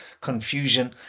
confusion